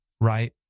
right